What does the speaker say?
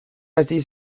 hasi